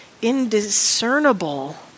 indiscernible